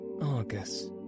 Argus